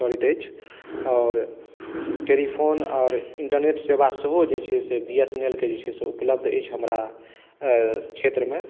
करैत अछि आओर टेलिफोन आओर इंटरनेट सेवा सेहो जे छै से बी एस एन एल के जे छै से उपलब्ध अछि हमरा क्षेत्र मे